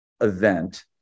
event